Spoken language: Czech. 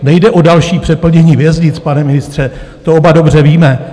Nejde o další přeplnění věznic, pane ministře, to oba dobře víme.